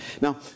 Now